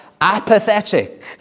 apathetic